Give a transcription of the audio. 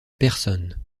personne